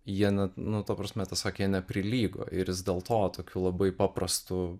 jie net nu ta prasme tiesiog jie neprilygo ir dėl to tokiu labai paprastu